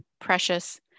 precious